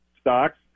stocks